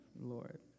Lord